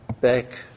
back